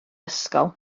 ysgol